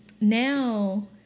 now